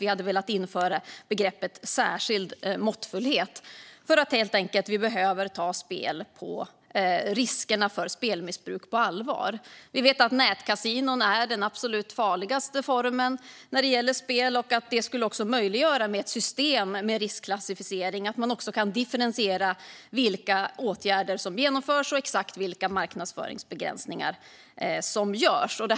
Vi skulle vilja införa begreppet "särskild måttfullhet" eftersom riskerna för spelmissbruk behöver tas på allvar. Nätkasinon är den absolut farligaste formen för spel, och ett system med riskklassificering skulle göra det möjligt att differentiera vilka åtgärder som vidtas och vilka marknadsföringsbegränsningar som görs.